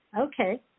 Okay